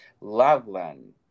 Loveland